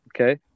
Okay